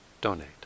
donate